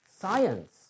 science